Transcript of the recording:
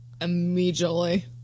Immediately